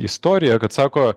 istorija kad sako